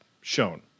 shown